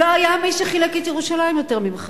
לא היה מי שחילק את ירושלים יותר ממך.